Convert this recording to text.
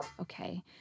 Okay